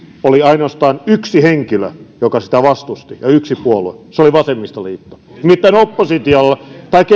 oli ainoastaan yksi henkilö joka sitä vastusti ja yksi puolue vasemmistoliitto nimittäin oppositio